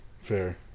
Fair